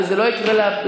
אבל זה לא יקרה לבאים,